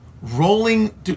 rolling